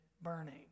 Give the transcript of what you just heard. burning